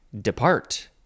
depart